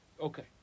Okay